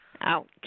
Ouch